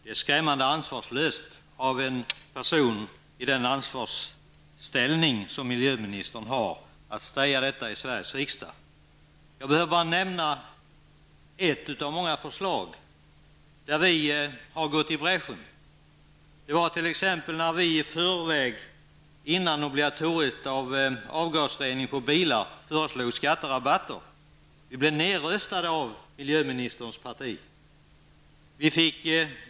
Det är skrämmande ansvarslöst av en person i den ställning som miljöministern har att säga detta i Jag behöver bara nämna ett av många förslag som vi har gått i bräschen för. Det var t.ex. när vi gick i förväg, innan obligatorisk avgasrening på bilar infördes, och föreslog skatterabatter. Vi blev då nedröstade av miljöministerns parti.